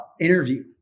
interview